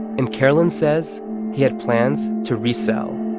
and karolyn says he had plans to resell